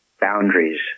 boundaries